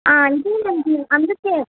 ఇది మంచిది అందుకే